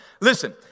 Listen